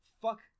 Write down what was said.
fuck